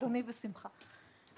לאדוני בשמחה.